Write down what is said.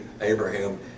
Abraham